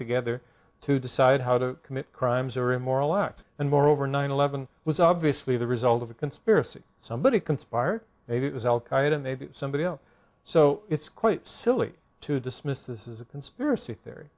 together to decide how to commit crimes or immoral acts and moreover nine eleven was obviously the result of a conspiracy somebody conspired maybe it was al qaeda maybe somebody else so it's quite silly to dismiss this is a conspiracy theory